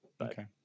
Okay